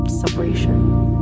separation